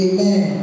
Amen